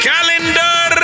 Calendar